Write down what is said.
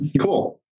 Cool